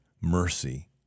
mercy